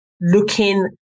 looking